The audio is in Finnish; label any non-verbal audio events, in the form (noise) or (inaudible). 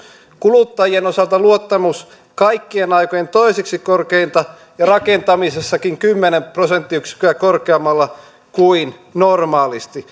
kuluttajien osalta luottamus kaikkien aikojen toiseksi korkeinta ja rakentamisessakin kymmenen prosenttiyksikköä korkeammalla kuin normaalisti (unintelligible)